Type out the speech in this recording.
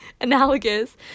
Analogous